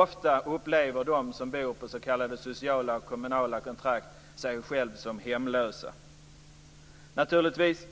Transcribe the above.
Ofta uppfattar de som bor med s.k. sociala och kommunala kontrakt sig själva som hemlösa. Ibland är det naturligtvis